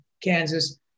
Kansas